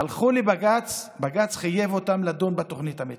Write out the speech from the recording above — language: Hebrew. הלכו לבג"ץ, בג"ץ חייב אותם לדון בתוכנית המתאר.